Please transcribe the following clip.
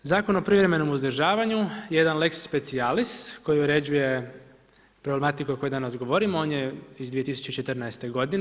Zakon o privremenom uzdržavanju jedan lex specialis koji uređuje problematiku o kojoj danas govorimo, on je iz 2014. godine.